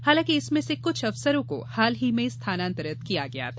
हालांकि इसमें से कुछ अफसरों को हाल ही में स्थानांतरित किया गया था